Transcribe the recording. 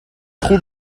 خوب